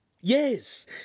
Yes